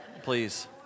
please